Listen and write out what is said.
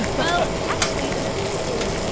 well, actually the truth, is